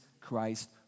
Christ